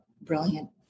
brilliant